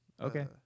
Okay